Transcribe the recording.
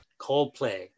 Coldplay